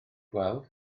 gweld